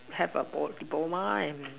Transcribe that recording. have a diploma and